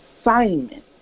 assignment